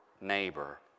neighbor